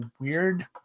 weird